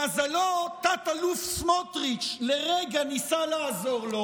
למזלו, תת-אלוף סמוטריץ' לרגע ניסה לעזור לו.